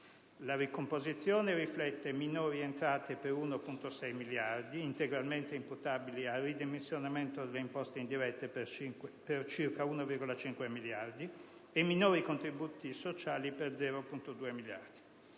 La ricomposizione riflette minori entrate per 1,6 miliardi di euro, integralmente imputabili al ridimensionamento delle imposte indirette, per circa 1,5 miliardi di euro, ed a minori contributi sociali, per 0,2 miliardi